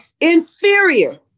inferior